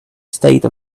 state